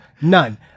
none